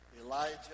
Elijah